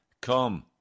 Come